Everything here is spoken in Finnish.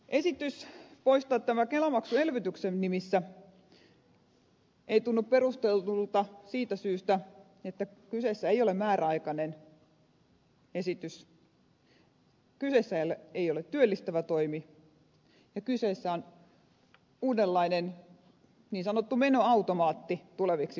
esitys poistaa tämä kelamaksu elvytyksen nimissä ei tunnu perustellulta siitä syystä että kyseessä ei ole määräaikainen esitys kyseessä ei ole työllistävä toimi vaan kyseessä on uudenlainen niin sanottu menoautomaatti tuleviksi vuosiksi